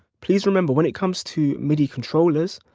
please remember when it comes to midi controllers,